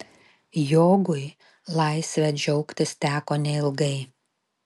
jogui laisve džiaugtis teko neilgai